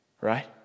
right